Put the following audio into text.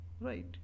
right